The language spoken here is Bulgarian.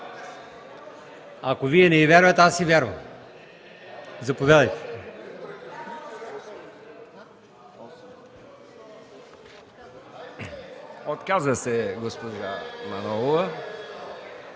Ако Вие не й вярвате, аз й вярвам. Заповядайте.